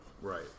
right